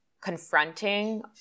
confronting